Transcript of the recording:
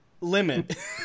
limit